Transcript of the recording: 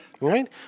Right